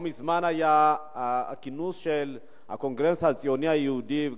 לא מזמן היה הכינוס של הקונגרס הציוני היהודי,